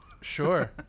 Sure